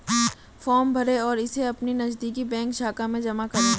form भरें और इसे अपनी नजदीकी बैंक शाखा में जमा करें